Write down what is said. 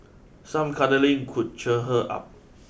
some cuddling could cheer her up